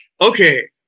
Okay